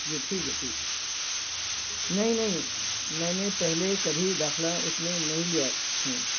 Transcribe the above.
جی ٹھیک ہے ٹھیک ہے نہیں نہیں میں نے پہلے کبھی داخلہ اس میں نہیں لیا ہوں